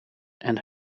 and